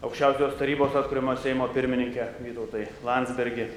aukščiausiosios tarybos atkuriamojo seimo pirmininke vytautai landsbergi